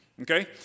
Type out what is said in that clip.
okay